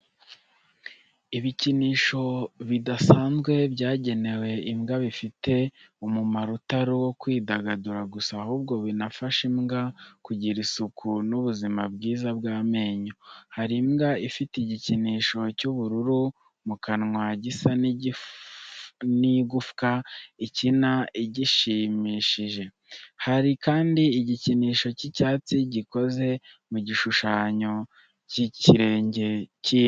Ibikinisho bidasanzwe byagenewe imbwa bifite umumaro utari uwo kwidagadura gusa ahubwo binafasha imbwa kugira isuku n’ubuzima bwiza bw’amenyo. Hari imbwa ifite igikinisho cy'ubururu mu kanwa gisa n’igufwa ikina igishimishije. Hari kandi igikinisho cy'icyatsi gikoze mu gishushanyo cy'ikirenge cy'imbwa.